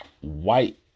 white